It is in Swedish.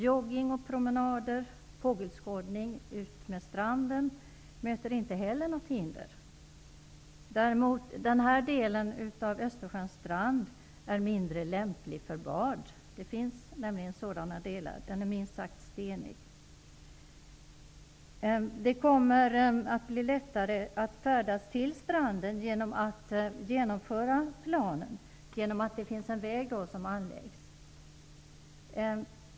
Joggning och promenader eller fågelskådning utmed stranden möter inte heller något hinder. Däremot är den här delen av Östersjöns strand mindre lämplig för bad -- den är minst sagt stenig. Det kommer att bli lättare att färdas till stranden om planen genomförs, genom att en väg då anläggs.